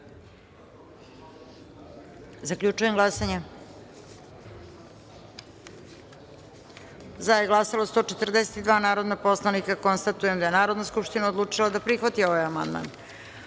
izjasne. Zaključujem glasanje: za je glasalo 142 narodna poslanika. Konstatujem da je Narodna skupština odlučila da prihvati ovaj amandman. Na